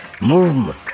movement